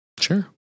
sure